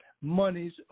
monies